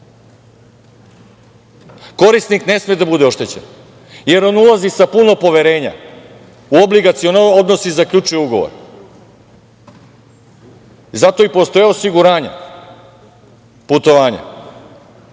rizik. Korisnik ne sme da bude oštećen, jer on ulazi sa puno poverenja u obligacione odnose i zaključuje ugovor. Zato i postoje osiguranja putovanja.